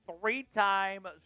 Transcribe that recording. three-time